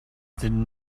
didn’t